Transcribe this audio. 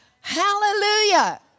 Hallelujah